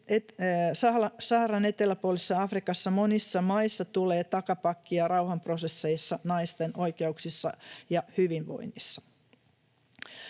Saharan eteläpuolisessa Afrikassa monissa maissa tulee takapakkia rauhanprosesseissa, naisten oikeuksissa ja hyvinvoinnissa.